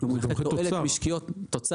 במונחי תוצר.